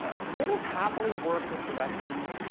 stables happily work with direction.